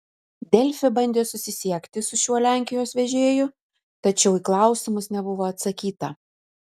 delfi bandė susisiekti su šiuo lenkijos vežėju tačiau į klausimus nebuvo atsakyta